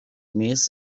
miss